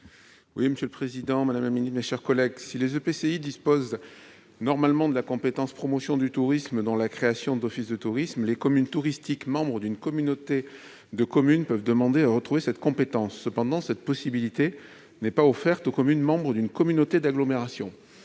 pour présenter l'amendement n° 190 rectifié. Si les EPCI disposent normalement de la compétence « promotion du tourisme, dont la création d'offices de tourisme », les communes touristiques membres d'une communauté de communes peuvent demander à retrouver cette compétence. Cependant, cette possibilité n'est pas offerte aux communes membres d'une communauté d'agglomération.